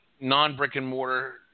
non-brick-and-mortar